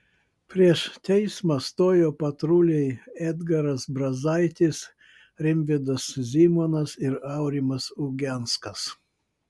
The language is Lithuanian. prieš teismą stojo patruliai edgaras brazaitis rimvydas zymonas ir aurimas ugenskas